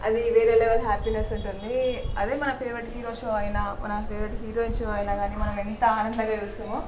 అది వేరే level happiness ఉంటుంది అది మన ఫేవరెట్ హీరో షో అయినా మన ఫేవరెట్ హీరోయిన్ షో అయినా కానీ మనం ఎంత ఆనందంగా చూస్తామో